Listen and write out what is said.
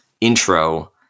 intro